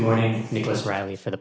morning needless rally for the